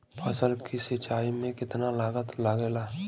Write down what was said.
फसल की सिंचाई में कितना लागत लागेला?